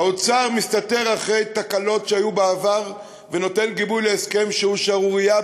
האוצר מסתתר מאחורי התקלות שהיו בעבר ונותן גיבוי להסכם שהוא שערורייה,